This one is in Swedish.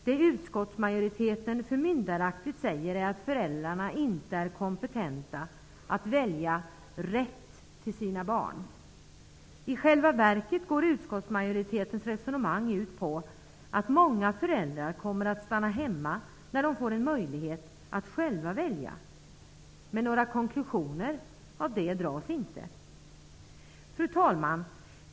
Det som utskottsmajoriteten förmyndaraktigt säger är att föräldrarna inte är kompetenta att välja det rätta till sina barn. I själva verket går utskottsmajoritetens resonemang ut på att många föräldrar kommer att stanna hemma när de får en möjlighet att själva välja, men det dras inte några konklusioner av detta. Fru talman!